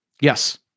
Yes